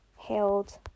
held